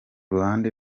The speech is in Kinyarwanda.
ruhande